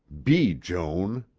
be joan.